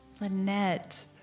Lynette